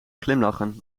glimlachen